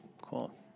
Cool